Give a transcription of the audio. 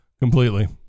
completely